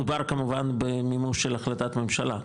מדובר כמובן במימוש של החלטת ממשלה,